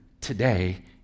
today